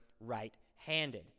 right-handed